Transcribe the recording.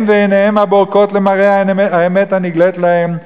הם, ועיניהם הבורקות למראה האמת הנגלית להם.